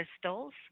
crystals